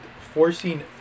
forcing